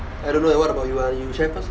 I don't know leh what about you ah you share first